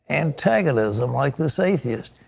antagonism like this atheist.